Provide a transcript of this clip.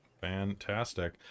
Fantastic